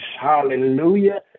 Hallelujah